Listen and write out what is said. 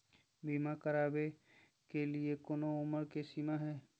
बीमा करावे के लिए कोनो उमर के सीमा है?